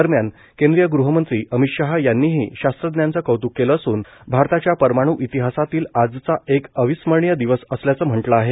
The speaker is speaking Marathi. दरम्यान केंद्रीय ग़हमंत्री अमित शहा यांनीही शास्त्रज्ञांचं कौत्क केलं असून भारताच्या परमाण् इतिहासातील आजचा एक अविस्मरणीय दिवस असल्याचं म्हटलं आहे